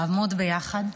לעמוד ביחד,